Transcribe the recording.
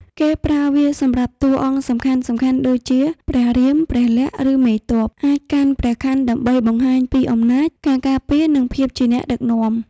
គេប្រើវាសម្រាប់តួអង្គសំខាន់ៗដូចជា ព្រះរាម ព្រះលក្ខណ៍ ឬមេទ័ព អាចកាន់ព្រះខ័នដើម្បីបង្ហាញពី អំណាច ការការពារ និងភាពជាអ្នកដឹកនាំ។